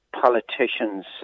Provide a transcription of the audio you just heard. politicians